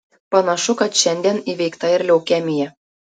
panašu kad šiandien įveikta ir leukemija